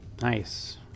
nice